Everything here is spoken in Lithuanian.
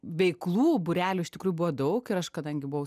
veiklų būrelių iš tikrųjų buvo daug ir aš kadangi buvau